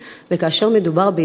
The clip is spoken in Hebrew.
שלא לדבר על פגיעה נפשית,